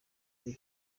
kuri